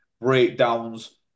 breakdowns